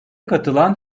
katılan